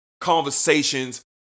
conversations